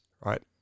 right